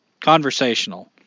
conversational